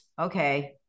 Okay